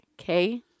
okay